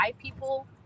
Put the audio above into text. people